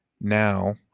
Now